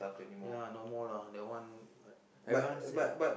ya no more lah that one everyone said